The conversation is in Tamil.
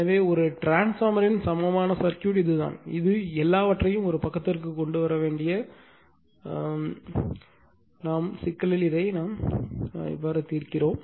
எனவே ஒரு டிரான்ஸ்பார்மர்யின் சமமான சர்க்யூட் இதுதான் இது எல்லாவற்றையும் ஒரு பக்கத்திற்கு கொண்டு வர வேண்டிய சிக்கலை நாம் தீர்க்கிறோம்